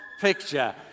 picture